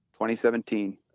2017